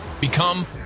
Become